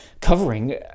covering